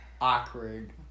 awkward